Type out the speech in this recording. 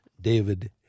David